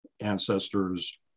ancestors